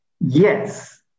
yes